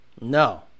No